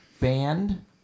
band